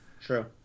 True